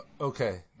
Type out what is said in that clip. Okay